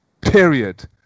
Period